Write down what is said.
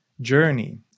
journey